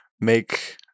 make